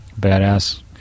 Badass